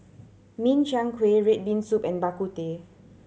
Min Chiang Kueh red bean soup and Bak Kut Teh